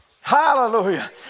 hallelujah